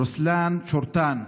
רוסלאן צ'ורטן,